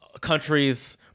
countries